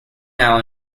now